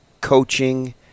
coaching